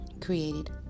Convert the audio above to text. created